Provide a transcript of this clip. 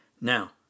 Now